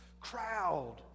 crowd